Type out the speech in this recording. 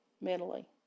mentally